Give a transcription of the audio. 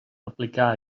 aplicar